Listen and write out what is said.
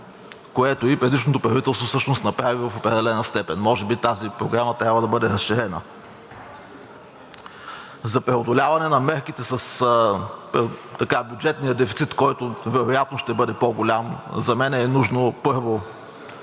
което и предишното правителство всъщност направи в определена степен. Може би тази програма трябва да бъде разширена. За преодоляване на мерките с бюджетния дефицит, който вероятно ще бъде по-голям, за мен е нужно, първо,